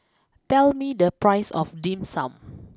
tell me the price of Dim Sum